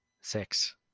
six